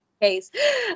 case